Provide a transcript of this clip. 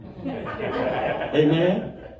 Amen